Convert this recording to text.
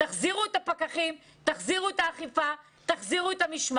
תחזירו את הפקחים ואת האכיפה והמשמעת.